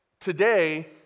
today